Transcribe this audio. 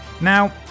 Now